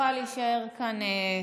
את יכולה להישאר כאן.